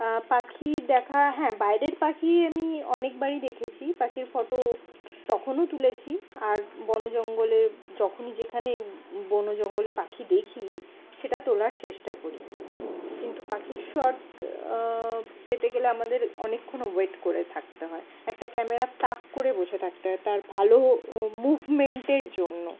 পাখি দেখা হ্যাঁ বাইরের পাখি আমি অনেকবারই দেখেছি পাখির ফটো তখনও তুলেছি আর বন জঙ্গলের যখনই যেখানে বন জঙ্গলে পাখি দেখি সেটা তোলার চেষ্টা করি কিন্তু পাখির শট পেতে গেলে আমাদের অনেকক্ষণ ও ওয়েট করে থাকতে হয় একটা ক্যামেরা তাক করে বসে থাকতে হয় তার ভালো মুভমেন্টের জন্য